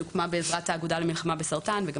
שהוקמה בעזרת האגודה למלחמה בסרטן וגם